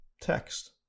text